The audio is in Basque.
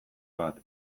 bat